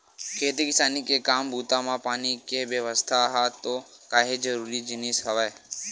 खेती किसानी के काम बूता म पानी के बेवस्था ह तो काहेक जरुरी जिनिस हरय